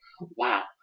Wow